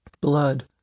Blood